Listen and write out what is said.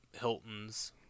Hilton's